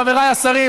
חבריי השרים,